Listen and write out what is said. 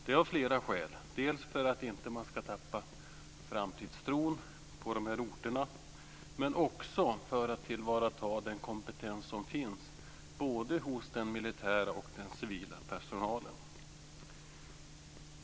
Det är av flera skäl, dels för att man inte ska tappa framtidstron på de berörda orterna, men också för att tillvarata den kompetens som finns både hos den militära och den civila personalen.